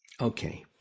Okay